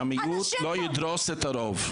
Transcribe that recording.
שהמיעוט לא ידרוס את הרוב.